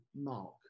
mark